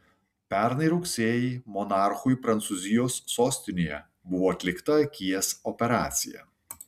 pernai rugsėjį monarchui prancūzijos sostinėje buvo atlikta akies operacija